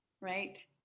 right